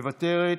מוותרת,